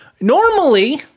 Normally